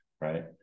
right